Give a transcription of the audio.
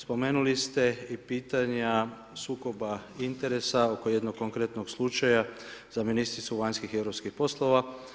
Spomenuli ste i pitanja sukoba interesa oko jednog konkretnog slučaja za ministricu vanjskih i europskih poslova.